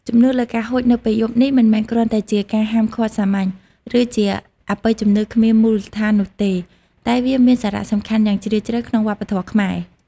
ជំនឿលើការហួចនៅពេលយប់នេះមិនមែនគ្រាន់តែជាការហាមឃាត់សាមញ្ញ ឬជាអបិយជំនឿគ្មានមូលដ្ឋាននោះទេ តែវាមានសារៈសំខាន់យ៉ាងជ្រាលជ្រៅក្នុងវប្បធម៌ខ្មែរ។